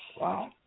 Wow